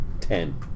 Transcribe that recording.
Ten